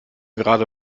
gerade